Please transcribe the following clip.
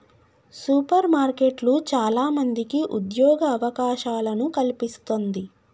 super మార్కెట్లు చాల మందికి ఉద్యోగ అవకాశాలను కల్పిస్తంది